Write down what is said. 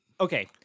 okay